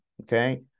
Okay